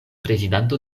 prezidanto